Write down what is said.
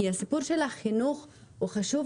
כי הסיפור של החינוך הוא חשוב,